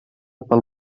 pel